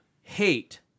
Hate